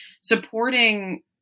supporting